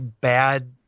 bad